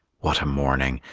what a morning!